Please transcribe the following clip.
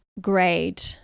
grade